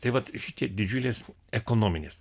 tai vat šitie didžiulės ekonominės